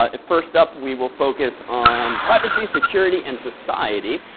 ah first up, we will focus on privacy, security, and society.